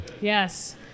yes